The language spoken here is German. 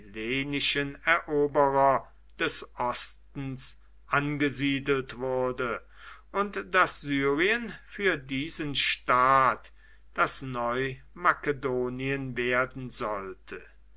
eroberer des ostens angesiedelt wurde und daß syrien für diesen staat das neu makedonien werden sollte